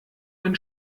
ein